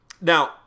Now